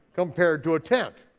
compared to a tent.